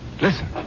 Listen